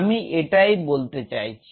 আমি এটাই বলতে চাইছি